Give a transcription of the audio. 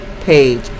page